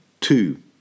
two